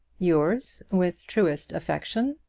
yours, with truest affection,